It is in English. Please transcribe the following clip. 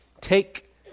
take